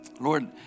Lord